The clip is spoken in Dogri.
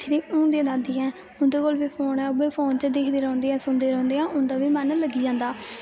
जेह्ड़ियां हून दियां दादियां ऐं उं'दै कोल बी फोन ऐ ओह् बी फोन च दिखदियां रौंह्दियां सुनदियां रौंह्दियां उं'दा बी मन लग्गी जांदा